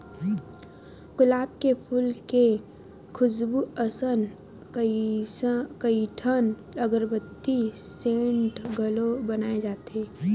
गुलाब के फूल के खुसबू असन कइठन अगरबत्ती, सेंट घलो बनाए जाथे